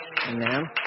Amen